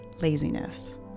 laziness